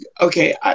okay